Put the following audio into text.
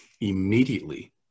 immediately